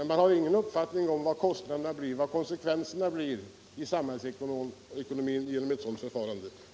Man har ju ingen uppfattning om vad konsekvenserna blir för samhällsekonomin genom ett sådant förfarande.